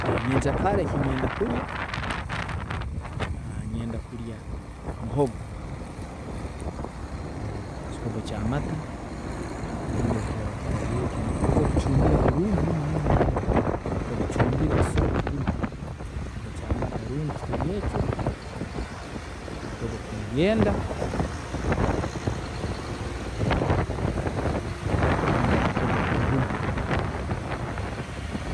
Nyenkya kara ekinyenda kurya, nyenda kurya muhogo ekikopo kyamata rundi obu kiraaba kitari ekyo omuhogo ogucumbire kurungi muno muno muno, bagucumbire ekisura kirumu, ekikopo kyamata, rundi kitari ekyo, akatogo kebyenda, rundi akatogo ko'bune.